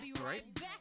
right